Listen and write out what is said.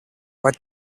what